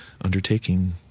undertaking